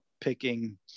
picking